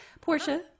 Portia